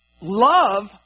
love